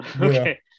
Okay